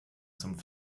zum